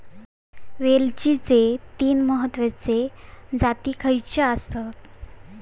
वेलचीचे तीन महत्वाचे जाती खयचे आसत?